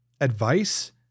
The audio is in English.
advice